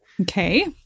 Okay